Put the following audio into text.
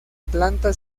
planta